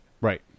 Right